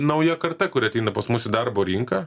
nauja karta kuri ateina pas mus į darbo rinką